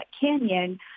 Canyon